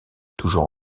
toujours